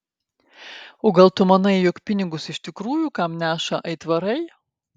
o gal tu manai jog pinigus iš tikrųjų kam neša aitvarai